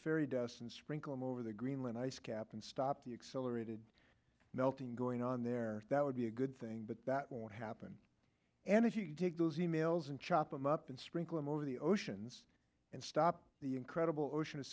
iry dust and sprinkle him over the greenland ice cap and stop the accelerated melting going on there that would be a good thing but that won't happen and if you take those e mails and chop them up and sprinkle them over the oceans and stop the incredible ocean